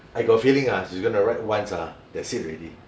I got a feeling ah she's gonna ride once ah that's it already